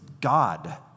God